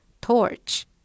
Torch